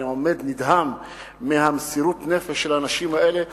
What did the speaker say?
לפעמים אני עומד נדהם ממסירות הנפש של האנשים האלה,